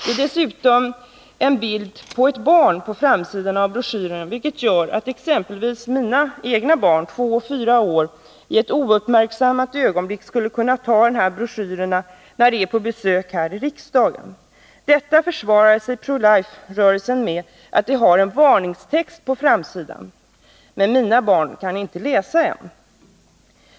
Det är dessutom en bild på ett barn på framsidan av broschyren, vilket gör att exempelvis mina egna barn, två och fyra år, i ett ouppmärksammat ögonblick skulle kunna ta broschyrerna när de är på besök här i riksdagen. Detta försvarar Pro Life-rörelsen med att de har en varningstext på framsidan. Men mina barn kan inte läsa än!